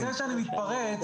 אני מתנצל שאני מתפרץ,